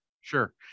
Sure